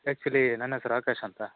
actually ನನ್ನ ಹೆಸ್ರ್ ಆಕಾಶ್ ಅಂತ